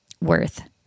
worth